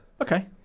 Okay